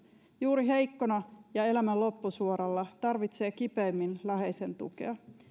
juuri heikkona ja elämän loppusuoralla tarvitsee kipeimmin läheisen tukea